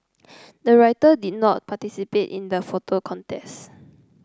the writer did not participate in the photo contest